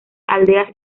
aldeas